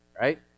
Right